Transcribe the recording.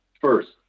first